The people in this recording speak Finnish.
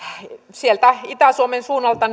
sieltä itä suomen suunnalta